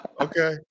Okay